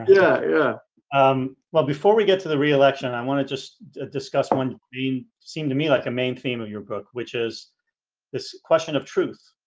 yeah. yeah um well before we get to the re-election i want to just discuss one being seem to me like a main theme of your book which is this question of truth?